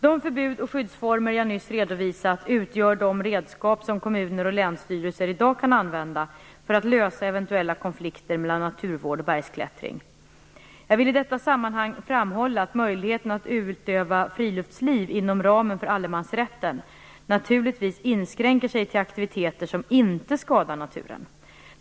De förbud och skyddsformer som jag nyss redovisat utgör de redskap som kommuner och länsstyrelser i dag kan använda för att lösa eventuella konflikter mellan naturvård och bergsklättring. Jag vill i detta sammanhang framhålla att möjligheten att utöva friluftsliv inom ramen för allemansrätten naturligtvis inskränker sig till aktiviteter som inte skadar naturen.